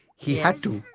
he had to.